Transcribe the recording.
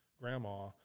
grandma